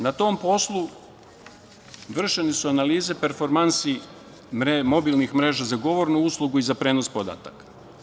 Na tom poslu vršene su analize performansi mobilnih mreža za govornu uslugu i za prenos podataka.